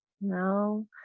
No